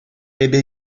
эпӗ